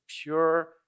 pure